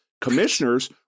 Commissioners